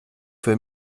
für